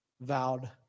vowed